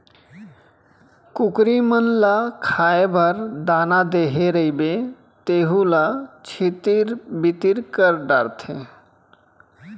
कुकरी मन ल खाए बर दाना देहे रइबे तेहू ल छितिर बितिर कर डारथें